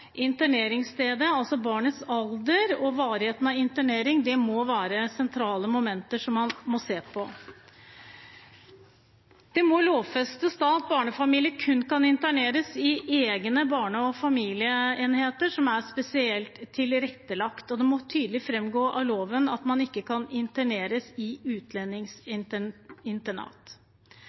interneringsstedet, barnets alder og varigheten av interneringen må være sentrale momenter som man må se på. Det må lovfestes at barnefamilier kun kan interneres i egne barne- og familieenheter som er spesielt tilrettelagt, og det må tydelig framgå av loven at man ikke kan interneres i